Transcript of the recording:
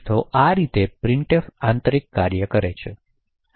તો આ રીતે પ્રિંટફ આંતરિકકાર્ય કરે છે